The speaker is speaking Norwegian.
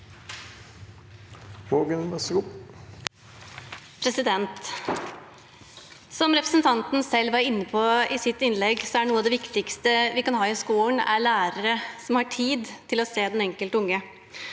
Som representanten selv var inne på i sitt innlegg, er noe av det viktigste vi kan ha i skolen, lærere som har tid til å se den enkelte unge.